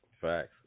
Facts